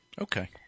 Okay